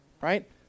right